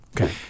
Okay